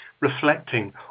reflecting